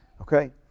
Okay